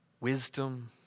Wisdom